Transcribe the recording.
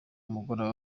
umugoroba